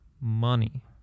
money